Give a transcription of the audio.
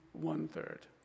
one-third